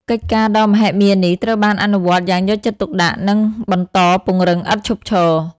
កិច្ចការដ៏មហិមានេះត្រូវបានអនុវត្តយ៉ាងយកចិត្តទុកដាក់ និងបន្តពង្រឹងឥតឈប់ឈរ។